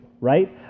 right